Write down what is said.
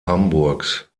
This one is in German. hamburgs